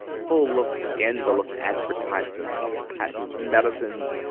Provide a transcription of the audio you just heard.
full of scandalous advertisements of patent medicines!